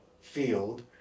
field